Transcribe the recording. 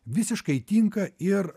visiškai tinka ir